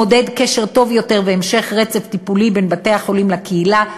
מעודד קשר טוב יותר והמשך רצף טיפולי בין בתי-החולים לקהילה,